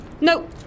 No